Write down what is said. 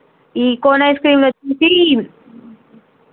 ఈ cone ice cream వచ్చేసి